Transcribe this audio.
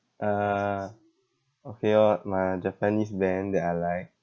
uh okay orh my japanese band that I like